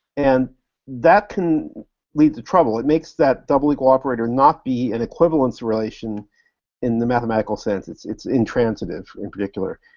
and that can lead to trouble. it makes that double equal operator not be an equivalence relation in the mathematical sense, it's it's intransitive, in particular.